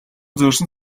зорьсон